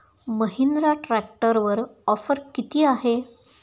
महिंद्रा ट्रॅक्टरवर ऑफर किती आहे?